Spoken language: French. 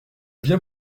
viens